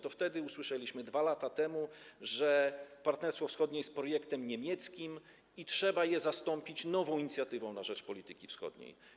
To wtedy usłyszeliśmy 2 lata temu, że Partnerstwo Wschodnie jest projektem niemieckim i trzeba je zastąpić nową inicjatywą na rzecz polityki wschodniej.